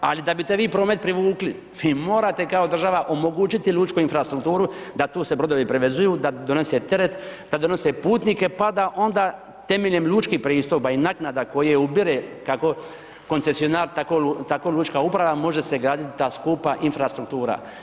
Ali da bi te vi promet privukli, vi morate kao država omogućiti lučku infrastrukturu da tu se brodovi privezuju, da donose teret, da donose putnike pa da onda temeljem lučkih pristupa i naknada koje ubire kako koncesionar tako lučka uprava može se graditi ta skupa infrastruktura.